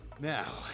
now